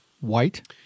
white